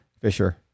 Fisher